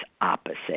opposite